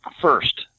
first